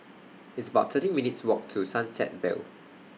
It's about thirteen minutes' Walk to Sunset Vale